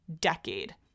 decade